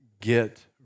Get